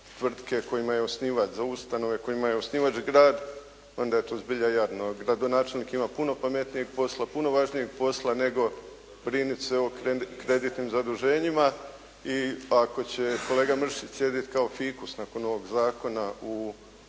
tvrtke kojima je osnivač, za ustanove kojima je osnivač grad onda je to zbilja jasno. Gradonačelnik ima puno pametnijeg posla, puno važnijeg posla nego brinuti se o kreditnim zaduženjima i ako će kolega Mršić sjediti kao fikus nakon ovog zakona u